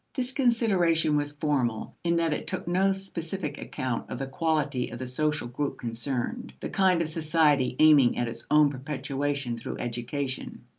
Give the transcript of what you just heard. this consideration was formal in that it took no specific account of the quality of the social group concerned the kind of society aiming at its own perpetuation through education.